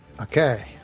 Okay